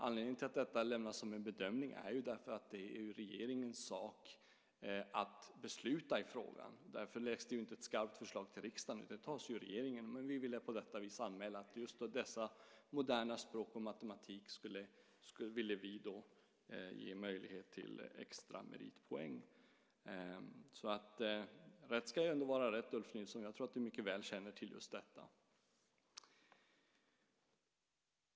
Anledningen till att detta lämnas som en bedömning är att det är regeringens sak att besluta i frågan. Därför läggs det inte fram ett skarpt förslag i riksdagen, utan beslutet tas i regeringen. Men vi ville på detta vis anmäla att vi ville att dessa moderna språk och matematik skulle ge möjlighet till extra meritpoäng. Rätt ska ändå vara rätt, Ulf Nilsson. Jag tror att du mycket väl känner till just detta.